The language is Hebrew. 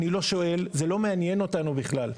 אני לא שואל, זה לא מעניין אותנו בכלל.